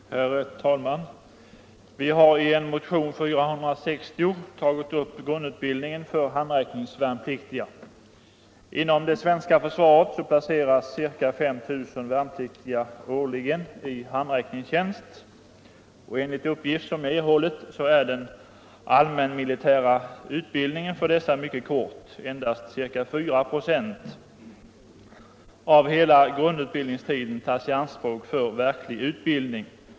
ningstjänstgöring Herr talman! Vi har i motionen 460 tagit upp grundutbildningen för handräckningsvärnpliktiga. Inom det svenska försvaret placeras årligen ca 5 000 värnpliktiga i handräckningstjänst. Enligt uppgift som jag erhållit är den allmänmilitära utbildningen för dessa mycket kort. Endast ca 4 96 av grundutbildningstiden tas i anspråk för verklig utbildning.